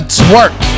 twerk